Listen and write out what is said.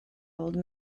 old